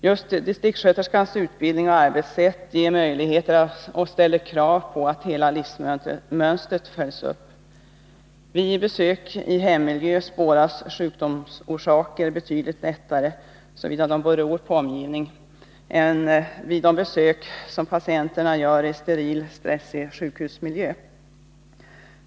Just distriktssköterskans utbildning och arbetssätt ger möjligheter till och ställer krav på att hela livsmönstret följs upp. Vid besök i hemmiljö spårar hon sjukdomsorsaker betydligt lättare, såvida de beror på omgivning, än hon gör vid patienternas besök i steril, stressig sjukhusmiljö.